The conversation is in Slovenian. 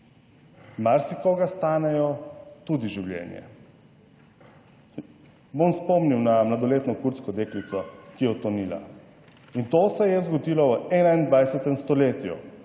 marsikoga stanejo tudi življenje. Bom spomnil na mladoletno kurdsko deklico, ki je utonila. In to se je zgodilo v 21. stoletju,